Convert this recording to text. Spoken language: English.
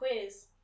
quiz